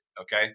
Okay